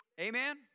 Amen